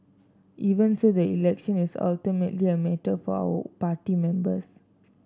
even so the election is ultimately a matter for our party members